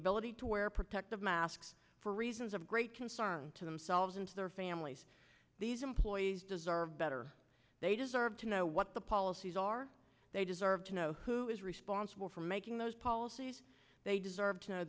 ability to wear protective masks for reasons of great concern to themselves and their families these employees deserve better they deserve to know what the policies are they deserve to know who is responsible for making those policies they deserve to